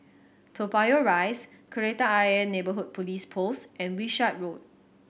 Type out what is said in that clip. Toa Payoh Rise Kreta Ayer Neighbourhood Police Post and Wishart Road